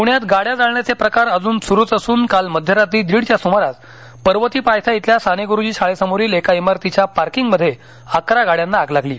पुण्यात गाड्या जाळण्याचे प्रकार अजून सुरूचं असून काल मध्यरात्री दीडच्या सुमारास पर्वती पायथा श्विल्या सानेगुरुजी शाळेसमोरील एका स्वारतीच्या पार्किंगमधे अकरा गाड्यांना आग लागली